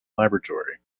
laboratory